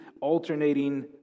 alternating